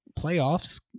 playoffs